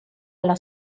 alla